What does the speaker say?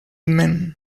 man